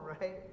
right